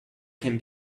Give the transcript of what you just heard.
can